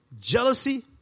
jealousy